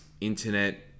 Internet